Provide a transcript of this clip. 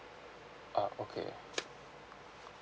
ah okay